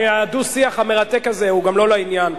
הדו-שיח המרתק הזה לא לעניין,